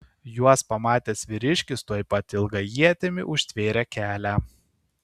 juos pamatęs vyriškis tuoj pat ilga ietimi užtvėrė kelią